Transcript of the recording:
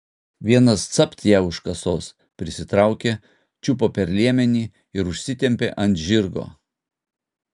vienas capt ją už kasos prisitraukė čiupo per liemenį ir užsitempė ant žirgo